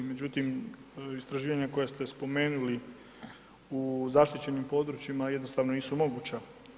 Međutim, istraživanja koja ste spomenuli u zaštićenim područjima jednostavno nisu moguća.